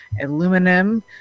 aluminum